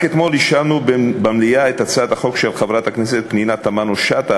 רק אתמול אישרנו במליאה את הצעת החוק של חברת הכנסת פנינה תמנו-שטה,